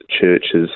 churches